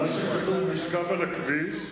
מה שכתוב: נשכב על הכביש.